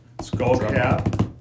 skullcap